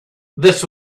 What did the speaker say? this